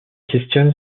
questionne